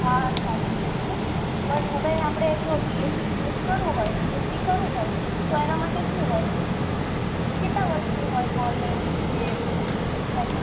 હા સાચી વાત છે મૅડમ બટ હવે આપણે જો બી એસ સી ચૂઝ કરવું હોય બી એસ સી કરવું હોય તો એનાં માટે શું હોય કેટલાં વર્ષની હોય કૉલેજ કે એવું એમ